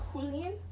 Julian